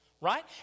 Right